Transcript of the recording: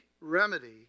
remedy